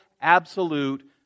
absolute